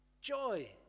Joy